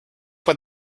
what